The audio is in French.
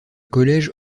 collège